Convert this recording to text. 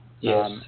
Yes